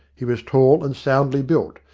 he was tall and soundly built,